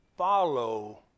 Follow